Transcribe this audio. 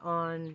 on